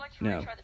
no